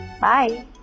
Bye